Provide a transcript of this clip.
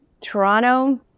Toronto